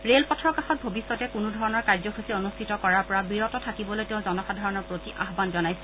ৰে'লপথৰ কাষত ভৱিষ্যতে কোনোধৰণৰ কাৰ্যসূচী অনুষ্ঠিত কৰাৰ পৰা বিৰত থাকিবলৈ তেওঁ জনসাধাৰণৰ প্ৰতি আহ্বান জনাইছে